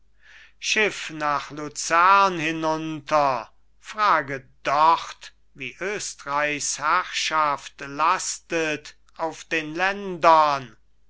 schiff nach luzern hinunter frage dort wie östreichs herrschaft lastet auf den ländern